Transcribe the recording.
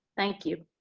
thank you.